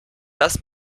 das